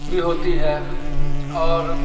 بھی ہوتی ہے اور